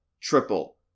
triple